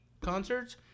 concerts